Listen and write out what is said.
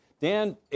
Dan